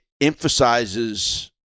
emphasizes